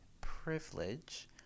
privilege